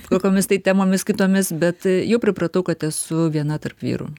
kokiomis tai temomis kitomis bet jau pripratau kad esu viena tarp vyrų